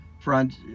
front